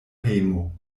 hejmo